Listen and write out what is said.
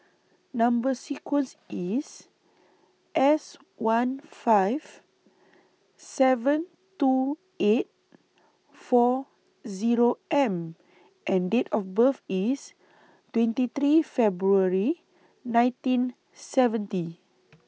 Number sequence IS S one five seven two eight four Zero M and Date of birth IS twenty three February nineteen seventy